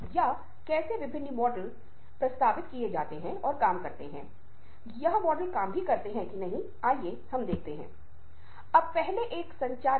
तो यह एक काफी जटिल प्रक्रिया है लेकिन मैं जो मूल अंक बनाने की कोशिश कर रहा हूं वह यह है कि ये महत्वपूर्ण चीजें हैं जिन्हें हम सुनते हुए ध्यान में रखना है